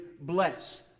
bless